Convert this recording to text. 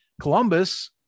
Columbus